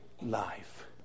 life